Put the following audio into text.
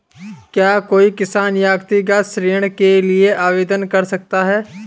क्या कोई किसान व्यक्तिगत ऋण के लिए आवेदन कर सकता है?